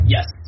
Yes